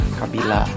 kabila